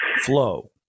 Flow